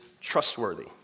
trustworthy